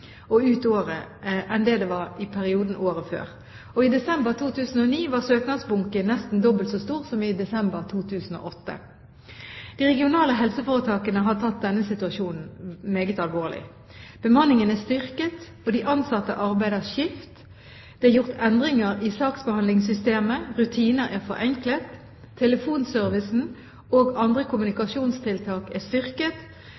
og ut året enn det gjorde i samme periode året før, og i desember 2009 var søknadsbunken nesten dobbelt så stor som i desember 2008. De regionale helseforetakene har tatt denne situasjonen meget alvorlig: Bemanningen er styrket, de ansatte arbeider skift, det er gjort endringer i saksbehandlingssystemet, rutiner er forenklet, telefonservicen og andre